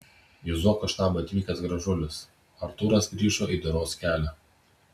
į zuoko štabą atvykęs gražulis artūras grįžo į doros kelią